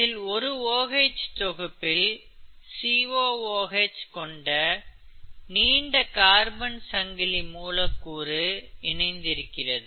இதில் ஒரு OH தொகுப்பில் COOH கொண்ட நீண்ட கார்பன் சங்கிலி மூலக்கூறு இணைந்திருக்கிறது